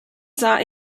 sah